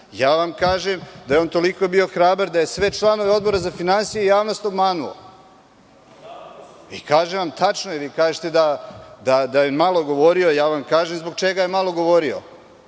Kažem vam da je on toliko bio hrabar da je sve članove Odbora za finansije i javnost obmanuo. Kažem vam, tačno je, vi kažete da je malo govorio, govorim vam zbog čega je malo